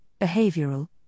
behavioral